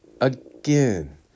Again